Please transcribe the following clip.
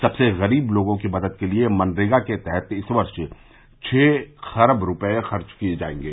सबसे गरीब लोगों की मदद के लिए मनरेगा के तहत इस वर्ष छह खख रुपये खर्च किए जाएंगे